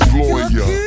lawyer